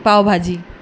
pav bhaji